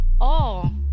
Oh